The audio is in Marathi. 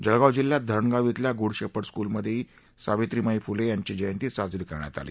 जळगाव जिल्ह्यात धरणगाव श्विल्या गुड शेपर्ड स्कूलमधेही सवित्रीमाई फुले यांची जयंती साजरी करण्यात आली